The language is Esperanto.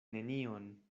nenion